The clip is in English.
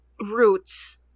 roots